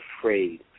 afraid